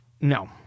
No